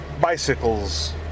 Bicycles